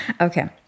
okay